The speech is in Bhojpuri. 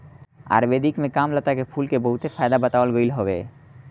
आयुर्वेद में कामलता के फूल के बहुते फायदा बतावल गईल हवे